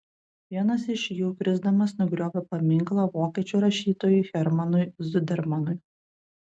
vienas iš jų krisdamas nugriovė paminklą vokiečių rašytojui hermanui zudermanui